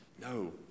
No